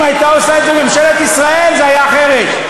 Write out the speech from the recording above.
אם הייתה עושה את זה ממשלת ישראל, זה היה אחרת.